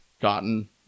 gotten